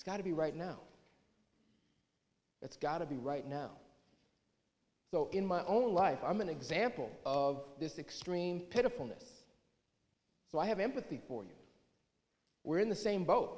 it's got to be right now it's got to be right now in my own life i'm an example of this extreme pitiful so i have empathy for you we're in the same boat